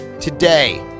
today